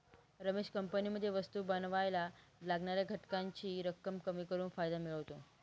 रमेश कंपनीमध्ये वस्तु बनावायला लागणाऱ्या घटकांची रक्कम कमी करून फायदा मिळवतो